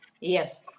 yes